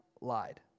lied